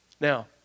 Now